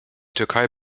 türkei